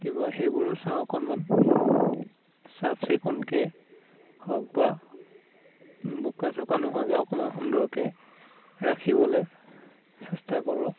কিবা সেইবোৰো চাওঁ অকণমান চাফ চিকুণকৈ হওক বা বোকা চোকা নোহোৱাকৈ অকণমান সুন্দৰকৈ ৰাখিবলৈ চেষ্টা কৰোঁ